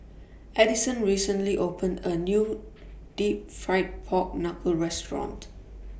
Addyson recently opened A New Deep Fried Pork Knuckle Restaurant